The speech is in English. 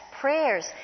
prayers